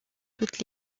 toutes